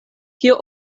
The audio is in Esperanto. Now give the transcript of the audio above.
kio